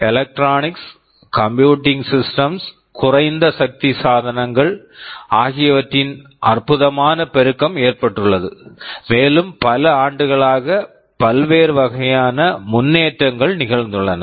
electronics electronics computing systems computing systems குறைந்த சக்தி சாதனங்கள் ஆகியவற்றின் அற்புதமான பெருக்கம் ஏற்பட்டுள்ளது மேலும் பல ஆண்டுகளாக பல்வேறு வகையான முன்னேற்றங்கள் நிகழ்ந்துள்ளன